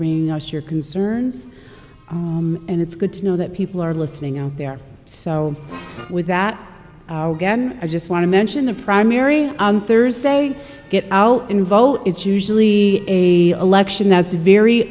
bringing us your concerns and it's good to know that people are listening out there so with that again i just want to mention the primary on thursday get out and vote it's usually a election that's very